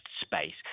space